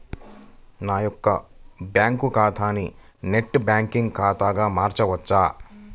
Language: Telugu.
నా యొక్క బ్యాంకు ఖాతాని నెట్ బ్యాంకింగ్ ఖాతాగా మార్చవచ్చా?